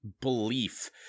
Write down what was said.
belief